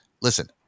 listen